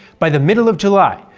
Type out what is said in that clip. by the middle of july,